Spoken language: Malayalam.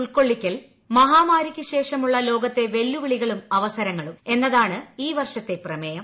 ഉൾക്കൊള്ളിക്കൽ മഹാമാരിക്ക് ശേഷമുള്ള ലോകത്തെ വെല്ലുവിളികളും അവസരങ്ങളും എന്നതാണ് ഈ വർഷത്തെ പ്രമേയം